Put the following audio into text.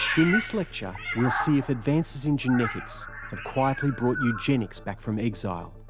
in this lecture, we'll see if advances in genetics have quietly brought eugenics back from exile,